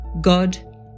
God